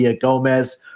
Gomez